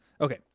Okay